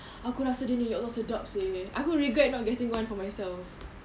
aku rasa dia ni ya allah sedap seh aku regret not getting one for myself